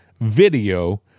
video